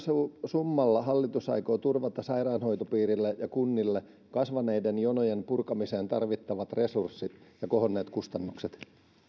summalla hallitus aikoo turvata sairaanhoitopiireille ja kunnille kasvaneiden jonojen purkamiseen tarvittavat resurssit ja kohonneet kustannukset